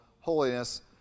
holiness